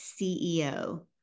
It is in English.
CEO